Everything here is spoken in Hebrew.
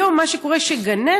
היום מה שקורה הוא שגננת